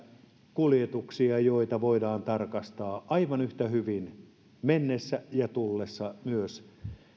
kuljetuksia joita voidaan tarkastaa aivan yhtä hyvin mennessä ja tullessa myös